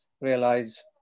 realize